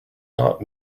not